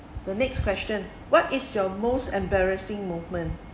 the next question what is your most embarrassing moment